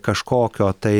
kažkokio tai